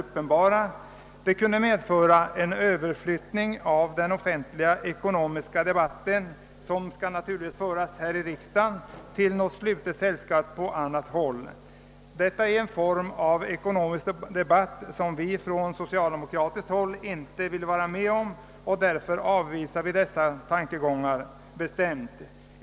Förekomsten härav kunde medföra en överflyttning av den offentliga ekonomiska debatten, som naturligtvis skall föras här i riksdagen, till ett slutet sällskap på annat håll. Detta är en form för ekonomisk debatt som vi på socialdemokratiskt håll inte vill vara med om, och därför avvisar vi bestämt dessa tankegångar.